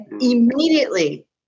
immediately